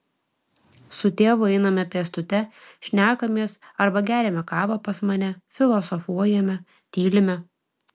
su tėvu einame pėstute šnekamės arba geriame kavą pas mane filosofuojame tylime